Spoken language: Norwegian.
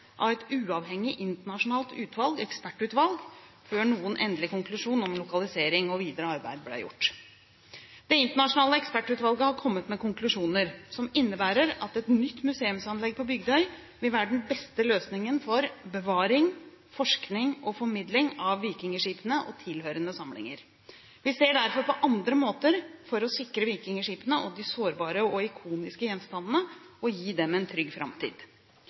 av et uavhengig internasjonalt ekspertutvalg før noen endelig konklusjon om lokalisering og videre arbeid ble gjort. Det internasjonale ekspertutvalget har kommet med konklusjoner som innebærer at et nytt museumsanlegg på Bygdøy vil være den beste løsningen for bevaring, forskning og formidling av vikingskipene og tilhørende samlinger. Vi ser derfor på andre måter for å sikre vikingskipene og de sårbare og ikoniske gjenstandene, og gi dem en trygg framtid.